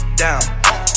down